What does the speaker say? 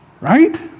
Right